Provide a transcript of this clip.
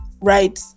right